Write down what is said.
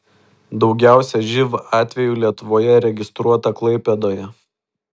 daugiausiai živ atvejų lietuvoje registruota klaipėdoje